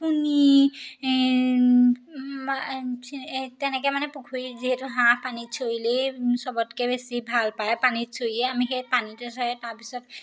পুনি তেনেকৈ মানে পুখুৰীত যিহেতু হাঁহ পানীত চৰিলেই সবতকৈ বেছি ভাল পায় পানীত চৰিয়ে আমি সেই পানীতে চৰে তাৰপিছত